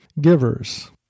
givers